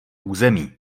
území